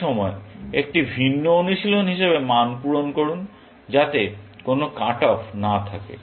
একই সময়ে একটি ভিন্ন অনুশীলন হিসাবে মান পূরণ করুন যাতে কোন কাট অফ না থাকে